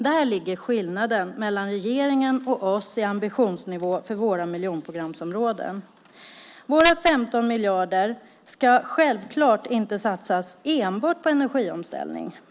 Där ligger skillnaden mellan regeringen och oss i ambitionsnivå för våra miljonprogramsområden. Våra 15 miljarder ska självklart inte satsas enbart på energiomställningen.